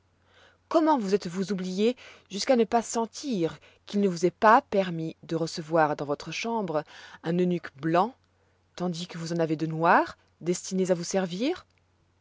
comment vous êtes-vous oubliée jusqu'à ne pas sentir qu'il ne vous est pas permis de recevoir dans votre chambre un eunuque blanc tandis que vous en avez de noirs destinés à vous servir